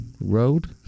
road